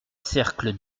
cercle